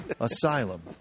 Asylum